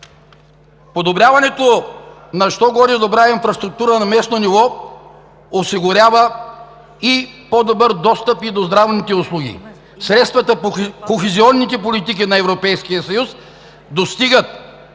Подобряването на що-годе добра инфраструктура на местно ниво осигурява по-добър достъп и до здравните услуги. Средствата по кохезионните политики на Европейския съюз достигат